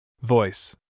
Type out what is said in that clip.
Voice